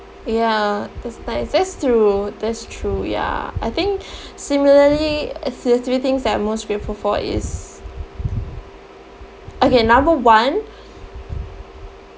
ya that's nice that's true that's true ya I think similarly the three things that I am most grateful for is okay number one